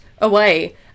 away